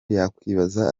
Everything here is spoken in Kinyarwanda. yakwibaza